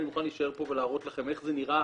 אני מוכן להישאר פה ולהראות לכם איך זה נראה